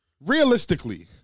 realistically